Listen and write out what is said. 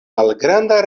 malgranda